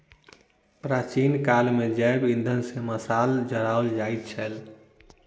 प्राचीन काल मे जैव इंधन सॅ मशाल जराओल जाइत छलै